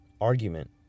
Argument